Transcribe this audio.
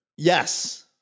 Yes